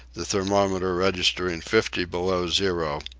the thermometer registering fifty below zero,